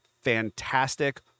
fantastic